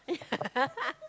yeah